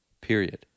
period